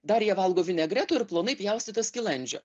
dar jie valgo vinegreto ir plonai pjaustyto skilandžio